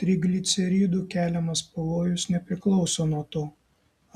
trigliceridų keliamas pavojus nepriklauso nuo to